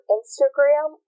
Instagram